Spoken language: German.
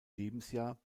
lebensjahr